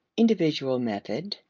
individual method,